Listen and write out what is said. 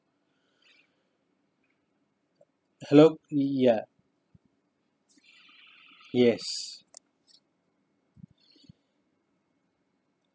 hello ya yes